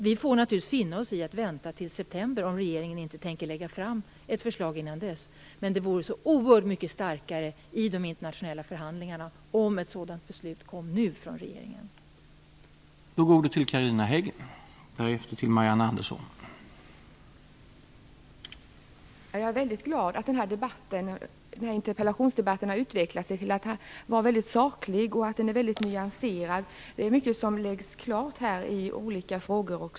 Vi får naturligtvis finna oss i att vänta till september, om regeringen inte tänker lägga fram ett förslag innan dess, men det vore oerhört mycket starkare i de internationella förhandlingarna om ett sådant beslut från regeringen kom nu.